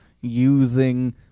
using